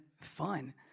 fun